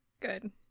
Good